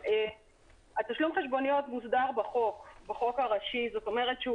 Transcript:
תשלום החשבוניות מוסדר בחוק הראשי, זאת אומרת שהוא